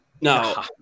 No